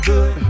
Good